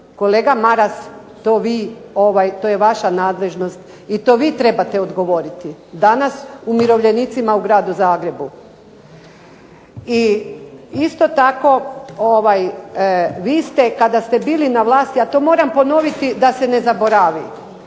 kolega Maras to je vaša nadležnost i to vi trebate odgovoriti. Danas umirovljenicima u gradu Zagrebu. I isto tako vi ste kada ste bili na vlasti, a to moram ponoviti da se ne zaboravi,